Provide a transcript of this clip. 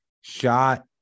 shot